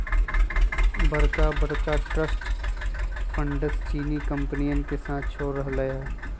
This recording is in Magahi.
बड़का बड़का ट्रस्ट फंडस चीनी कंपनियन के साथ छोड़ रहले है